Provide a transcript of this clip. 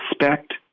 respect